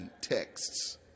texts